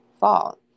fall